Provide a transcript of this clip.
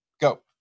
go